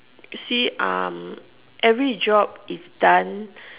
see um every job is done